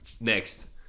Next